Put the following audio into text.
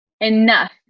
enough